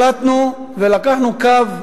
החלטנו ולקחנו קו,